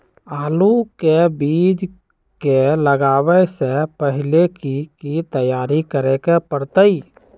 आलू के बीज के लगाबे से पहिले की की तैयारी करे के परतई?